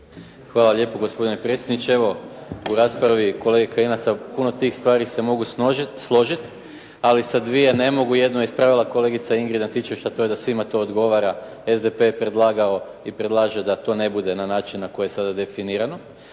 Hvala lijepo gospodine predsjedniče. Evo u raspravi kolege Kajina sa puno tih stvari se mogu složiti. Ali sa dvije ne mogu. Jedno je ispravila kolegica Ingrid Antičević a to je da svima to odgovara. SDP je predlagao i predlaže da to ne bude na način na koji je sada definirano.